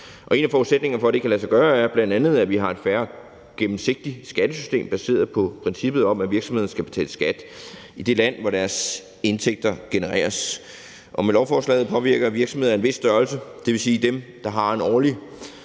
En af forudsætningerne for, at det kan lade sig gøre, er bl.a., at vi har et fair og gennemsigtigt skattesystem baseret på princippet om, at virksomheder skal betale skat i det land, hvor deres indtægter genereres. Med lovforslaget pålægges virksomheder af en vis størrelse, det vil sige dem, der har en årlig